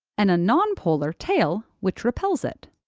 and a non-polar tail, which repels it.